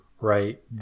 right